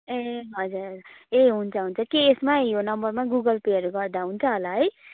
ए हजुर हजुर ए हुन्छ हुन्छ के यसमै यो नम्बरमा गुगल पेहरू गर्दा हुन्छ होला है